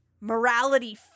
morality